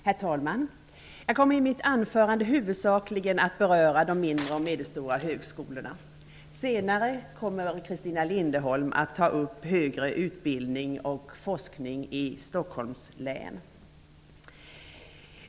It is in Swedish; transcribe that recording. Herr talman! Jag kommer i mitt anförande huvudsakligen att beröra de mindre och medelstora högskolorna. Senare kommer Christina Linderholm att ta upp högre utbildning och forskning i Stockholms län.